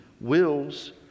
wills